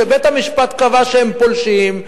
שבית-המשפט קבע שהם פולשים,